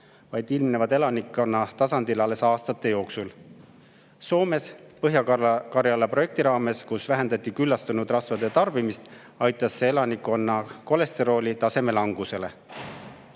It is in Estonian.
need ilmnevad elanikkonna tasandil alles aastate jooksul. Kui Soomes Põhja-Karjala projekti raames vähendati küllastunud rasvade tarbimist, siis aitas see kaasa elanikkonna kolesteroolitaseme langusele.